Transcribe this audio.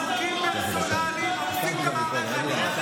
אתם גם לא מסתירים את זה, זה נועד לעיריית